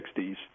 1960s